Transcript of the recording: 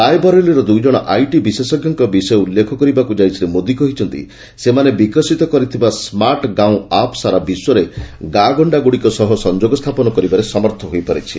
ରାୟବରେଲିର ଦୁଇଜଣ ଆଇଟି ବିଶେଷ ଉଲ୍ଲେଖ କରିବାକୁ ଯାଇ ଶ୍ରୀ ମୋଦି କହିଛନ୍ତି ସେମାନେ ବିକଶିତ କରିଥିବା ସ୍କାର୍ଟ ଗାଓଁ ଆପ୍ ସାରା ବିଶ୍ୱରେ ଗାଁଗଣ୍ଡାଗୁଡ଼ିକ ସହ ସଂଯୋଗ ସ୍ଥାପନ କରିବାରେ ସମର୍ଥ ହୋଇପାରିଛି